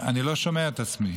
אני לא שומע את עצמי.